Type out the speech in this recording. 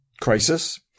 crisis